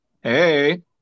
hey